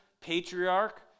patriarch